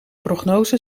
prognose